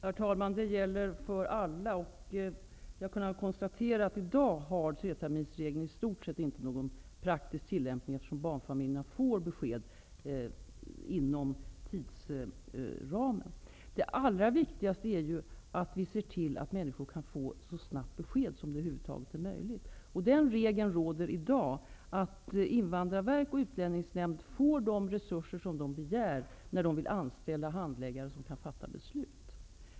Herr talman! Regeln gäller för alla. Jag har kunnat konstatera att treterminersregeln i dag har i stort sett inte någon praktisk tillämpning, eftersom barnfamiljerna får besked inom tidsramen. Det allra viktigaste är att se till att människor får besked så snabbt som det över huvud taget är möjligt. Den regeln råder i dag att Invandrarverk och Utlänningsnämnd får de resurser de begär när de vill anställa handläggare som kan fatta beslut.